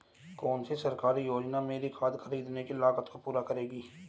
कौन सी सरकारी योजना मेरी खाद खरीदने की लागत को पूरा करेगी?